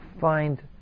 find